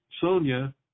Sonia